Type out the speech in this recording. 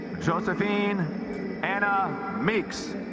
josephine anna meeks